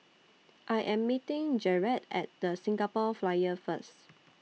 I Am meeting Jerad At The Singapore Flyer First